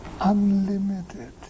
unlimited